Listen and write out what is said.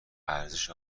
ارزش